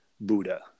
Buddha